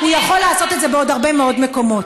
הוא יכול לעשות את זה בעוד הרבה מאוד מקומות.